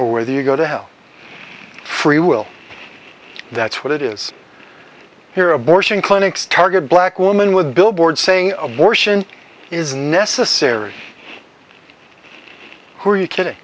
or whether you go to hell free will that's what it is here abortion clinics target a black woman with a billboard saying abortion is necessary who are you